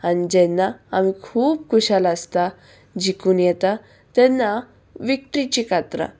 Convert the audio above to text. आनी जेन्ना आमी खूब खुशाल आसता जिखून येता तेन्ना विकट्रीची कातरां